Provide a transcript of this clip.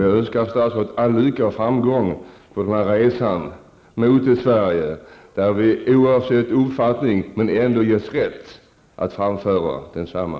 Jag önskar statsrådet all lycka och framgång på resan mot det Sverige där vi oavsett uppfattning ändå ges rätt att framföra densamma.